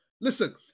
Listen